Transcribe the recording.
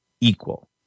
equal